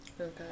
Okay